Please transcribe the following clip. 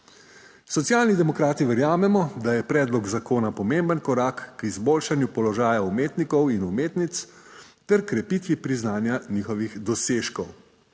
Socialni demokrati verjamemo, da je predlog zakona pomemben korak k izboljšanju položaja umetnikov in umetnic ter krepitvi priznanja njihovih dosežkov.